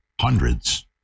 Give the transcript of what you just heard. hundreds